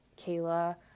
Kayla